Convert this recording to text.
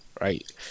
Right